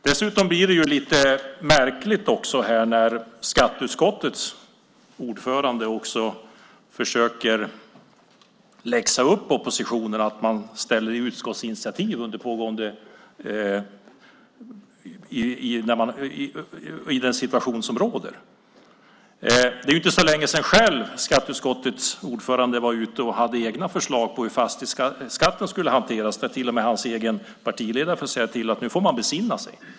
Dessutom blir det lite märkligt när skatteutskottets ordförande försöker läxa upp oppositionen för att man ställer utskottsinitiativ i den situation som råder. Det är inte så länge sedan skatteutskottets ordförande själv var ute och hade egna förslag på hur fastighetsskatten skulle hanteras. Då fick till och med hans egen partiledare säga till att nu fick man besinna sig.